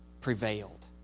prevailed